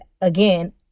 again